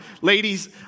ladies